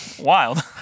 Wild